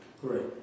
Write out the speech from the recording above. Great